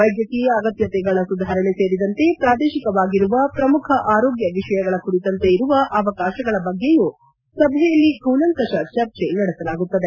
ವೈದ್ಯಕೀಯ ಅಗತ್ಯತೆಗಳ ಸುಧಾರಣೆ ಸೇರಿದಂತೆ ಪ್ರಾದೇಶಿಕವಾಗಿರುವ ಪ್ರಮುಖ ಆರೋಗ್ಯ ವಿಷಯಗಳ ಕುರಿತಂತೆ ಇರುವ ಅವಕಾಶಗಳ ಬಗ್ಗೆಯೂ ಸಭೆಯಲ್ಲಿ ಕುಲಂಕುಶ ಚರ್ಚೆ ನಡೆಸಲಾಗುತ್ತದೆ